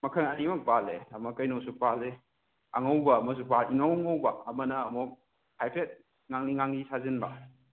ꯃꯈꯜ ꯑꯅꯤꯃꯨꯛ ꯄꯥꯜꯂꯦ ꯑꯃ ꯀꯩꯅꯣꯁꯨ ꯄꯥꯜꯂꯤ ꯑꯉꯧꯕ ꯑꯃꯁꯨ ꯏꯉꯧ ꯉꯧꯕ ꯑꯃꯅ ꯑꯃꯨꯛ ꯍꯥꯏꯐꯦꯠ ꯉꯥꯡꯂꯤ ꯉꯥꯡꯂꯤ ꯁꯥꯖꯤꯟꯕ